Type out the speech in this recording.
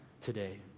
today